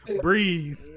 breathe